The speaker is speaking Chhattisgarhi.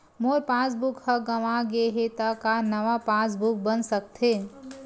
मोर पासबुक ह गंवा गे हे त का नवा पास बुक बन सकथे?